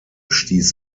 stieß